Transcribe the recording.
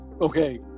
Okay